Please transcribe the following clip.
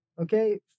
Okay